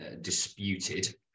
disputed